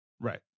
Right